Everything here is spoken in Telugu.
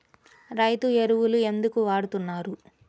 రైతు ఎరువులు ఎందుకు వాడుతున్నారు?